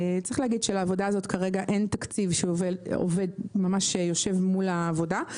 צריך להגיד שלעבודה הזאת כרגע אין תקציב שממש יושב מול העבודה.